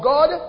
God